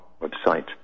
website